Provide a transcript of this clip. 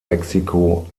mexiko